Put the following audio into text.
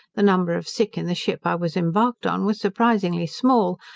the number of sick in the ship i was embarked on was surprisingly small,